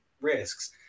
risks